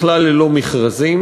בכלל ללא מכרזים.